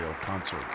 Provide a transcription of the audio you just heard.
Concert